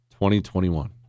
2021